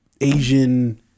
Asian